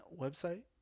website